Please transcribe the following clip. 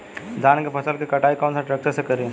धान के फसल के कटाई कौन सा ट्रैक्टर से करी?